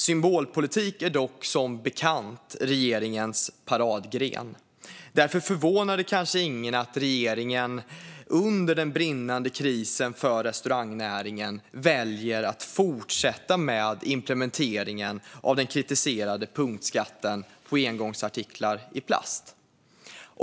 Symbolpolitik är dock, som bekant, regeringens paradgren. Därför kanske det inte förvånar någon att regeringen under den brinnande krisen för restaurangnäringen väljer att fortsätta med implementeringen av den kritiserade punktskatten på engångsartiklar i plast.